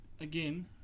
again